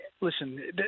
Listen